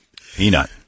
peanut